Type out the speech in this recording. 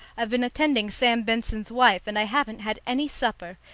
i've been attending sam benson's wife, and i haven't had any supper.